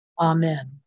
Amen